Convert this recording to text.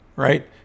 Right